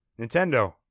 Nintendo